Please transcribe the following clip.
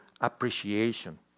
appreciation